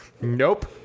Nope